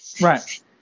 Right